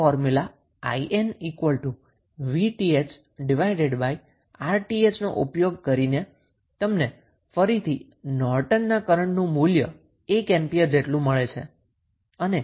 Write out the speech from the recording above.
તેથી આ formula IN VThRTh નો ઉપયોગ કરીને તમને ફરીથી નોર્ટનના કરન્ટનું મૂલ્ય 1 એમ્પીયર જેટલું મળે છે